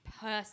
person